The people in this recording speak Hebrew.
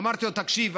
אמרתי לו: תקשיב,